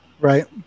Right